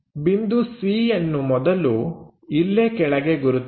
ಬಿಂದು C ಯನ್ನು ಮೊದಲು ಇಲ್ಲೇ ಕೆಳಗೆ ಗುರುತಿಸಿ